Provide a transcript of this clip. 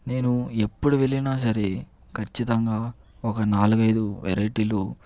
నేను ఎప్పుడు వెళ్లినా సరే ఖచ్చితంగా ఒక నాలుగు ఐదు వెరైటీ లు